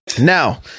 Now